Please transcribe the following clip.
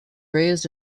raised